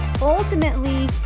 ultimately